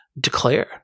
declare